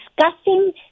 discussing